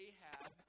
Ahab